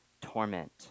torment